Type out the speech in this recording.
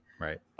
Right